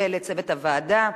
ולצוות הוועדה,